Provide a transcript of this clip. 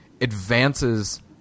advances